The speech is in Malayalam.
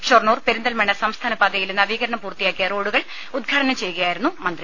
ഷൊർണ്ണൂർ പെരിന്തൽമണ്ണ സംസ്ഥാന പാതയിലെ നവീകരണം പൂർത്തിയാക്കിയ റോഡുകൾ ഉദ്ഘാടനം ചെയ്യുകയായിരുന്നു മന്ത്രി